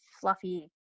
fluffy